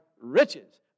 riches